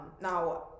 Now